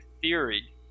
theory